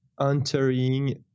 entering